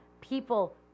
people